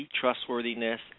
trustworthiness